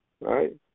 right